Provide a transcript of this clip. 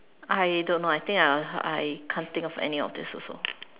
I don't know I think I I can't think of any of this also